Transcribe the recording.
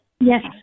Yes